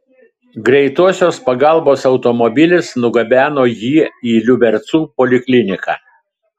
greitosios pagalbos automobilis nugabeno jį į liubercų polikliniką